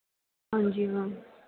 ਹਾਂਜੀ ਹਾਂ